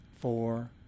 four